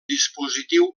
dispositiu